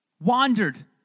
Wandered